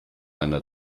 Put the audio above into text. einer